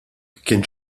kien